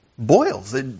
boils